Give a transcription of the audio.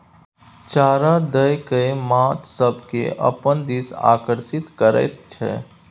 चारा दए कय माछ सभकेँ अपना दिस आकर्षित करैत छै